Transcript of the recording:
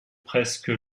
presque